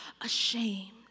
ashamed